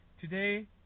today